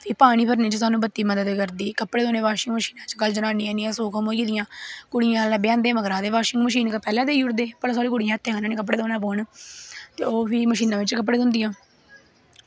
ते पानी भरने च बत्ती सानूं मदद करदी कपड़े धोनें च बाशिंग मशीन च अजकल्ल जनानियां इन्नियां सुखम होई गेदियां कुड़ियां ब्यांह्दे मगरा बाशिंग मशीन पैह्लैं देई ओड़दे भला साढ़ी कुड़ियैं हत्थैं कन्नै नि कपड़े धोना पौन ते ओह् फ्ही मशीना बिच्च कपड़े धोंदियां